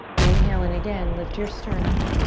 inhale in again, lift your sternum.